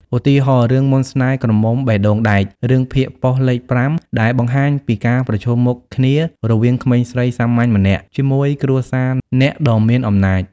ឧទាហរណ៍ រឿង មន្តស្នេហ៍ក្រមុំបេះដូងដែក រឿងភាគប៉ុស្តិ៍លេខ៥ ដែលបង្ហាញពីការប្រឈមមុខគ្នារវាងក្មេងស្រីសាមញ្ញម្នាក់ជាមួយគ្រួសារអ្នកដ៏មានអំណាច។